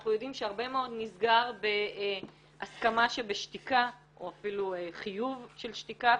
אנחנו יודעים שהרבה מאוד נסגר בהסכמה שבשתיקה או אפילו חיוב של שתיקה,